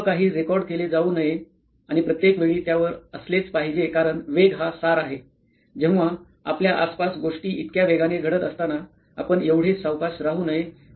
सर्व काही रेकॉर्ड केले जाऊ नये आणि प्रत्येक वेळी त्या वर असलेच पाहिजे कारण वेग हा सार आहेजेव्हा आपल्या आसपास गोष्टी इतक्या वेगाने घडत असताना आपण एवढे सावकाश राहू नये